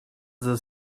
the